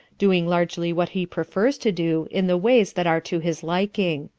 doing largely what he prefers to do in the ways that are to his liking.